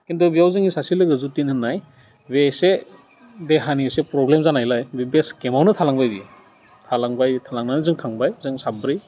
किन्तु बेयाव जोंनि सासे लोगो जतिन होननाय बे एसे देहानि एसे प्रब्लेम जानायलाय बे बेस केम्पावनो थालांबाय बियो थालांबाय थालांनानै जों थांबाय जों साब्रै